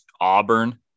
Auburn